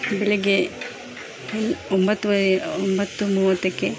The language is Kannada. ಬೆಳಗ್ಗೆ ಒಂಬತ್ತುವರೆ ಒಂಬತ್ತು ಮೂವತ್ತಕ್ಕೆ